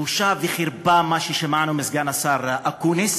בושה וחרפה מה ששמענו מסגן השר אקוניס